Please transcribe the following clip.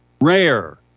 Rare